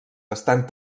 estan